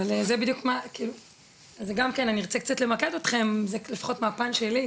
אני ארצה קצת למקד אתכם, לפחות מהפן שלי.